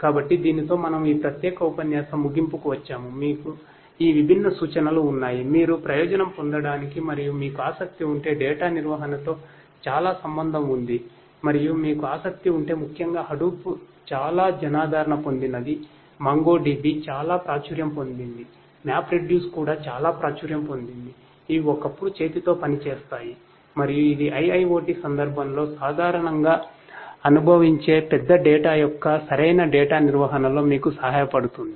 కాబట్టి దీనితో మనము ఈ ప్రత్యేకమైన ఉపన్యాసం ముగింపుకు వచ్చాము మీకు ఈ విభిన్న సూచనలు ఉన్నాయి మీరు ప్రయోజనం పొందటానికి మరియు మీకు ఆసక్తి ఉంటే డేటా నిర్వహణతో చాలా సంబంధం ఉంది మరియు మీకు ఆసక్తి ఉంటే ముఖ్యంగా హడూప్ కూడా చాలా ప్రాచుర్యం పొందింది ఇవి ఒకప్పుడు చేతిలో పని చేస్తాయి మరియు ఇది IIoT సందర్భంలో సాధారణంగా అనుభవించే పెద్ద డేటా యొక్క సరైన డేటా నిర్వహణలో మీకు సహాయపడుతుంది